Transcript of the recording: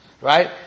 right